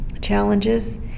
challenges